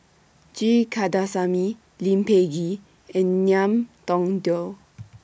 G Kandasamy Lee Peh Gee and Ngiam Tong Dow